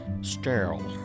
sterile